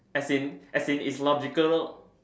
as in as in it's logical